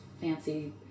fancy